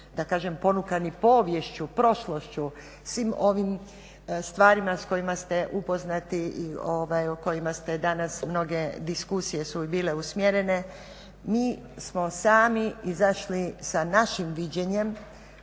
da kažem ponukani poviješću, prošlošću, svim ovim stvarima s kojima ste upoznati i o kojima ste danas mnoge diskusije su bile usmjerene, mi smo sami izašli sa našim viđenjem,